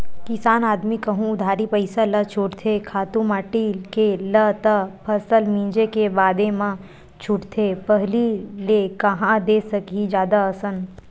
किसान आदमी कहूँ उधारी पइसा ल छूटथे खातू माटी के ल त फसल मिंजे के बादे म छूटथे पहिली ले कांहा दे सकही जादा असन